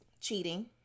cheating